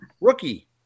Rookie